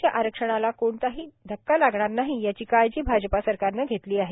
च्या आरक्षणाला कोणताही धक्का लागणार नाही याची काळजी भाजपा सरकारने घेतली आहे